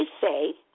say